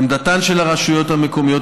עמדתן של הרשויות המקומיות,